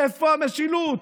איפה המשילות?